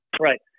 Right